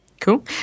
cool